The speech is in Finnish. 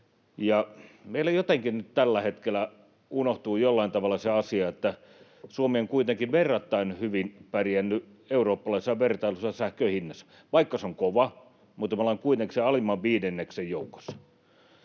Meillä jotenkin nyt tällä hetkellä unohtuu jollain tavalla se asia, että Suomi on kuitenkin verrattain hyvin pärjännyt eurooppalaisessa vertailussa sähkön hinnassa. Vaikka se on kova, me ollaan kuitenkin sen alimman viidenneksen joukossa.